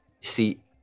see